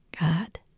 God